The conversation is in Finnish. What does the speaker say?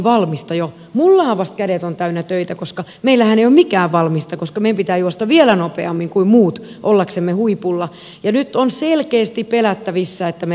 minullahan vasta kädet ovat täynnä töitä koska meillähän ei ole mikään valmista koska meidän pitää juosta vielä nopeammin kuin muut ollaksemme huipulla ja nyt on selkeästi pelättävissä että me romahdamme